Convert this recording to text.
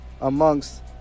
amongst